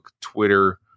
Twitter